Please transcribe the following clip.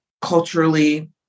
culturally